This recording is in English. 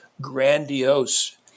grandiose